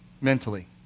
mentally